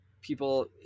people